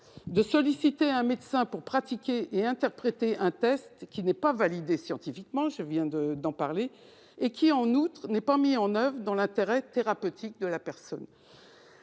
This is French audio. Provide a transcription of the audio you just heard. de solliciter un médecin pour pratiquer et interpréter un test qui n'est pas validé scientifiquement et qui, en outre, n'est pas mis en oeuvre dans l'intérêt thérapeutique de la personne